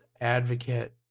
advocate